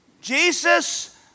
Jesus